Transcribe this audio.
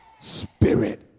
spirit